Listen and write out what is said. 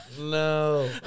no